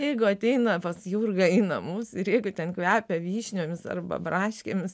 jeigu ateina pas jurgą į namus ir jeigu ten kvepia vyšniomis arba braškėmis